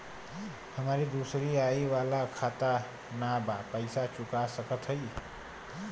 हमारी दूसरी आई वाला खाता ना बा पैसा चुका सकत हई?